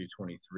23